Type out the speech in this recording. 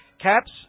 Caps